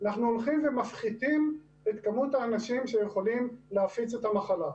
אנחנו הולכים ומפחיתים את כמות האנשים שיכולים להפיץ את המחלה.